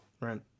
right